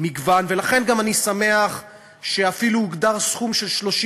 ולכן גם אני שמח שאפילו הוגדר סכום של 30